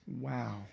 Wow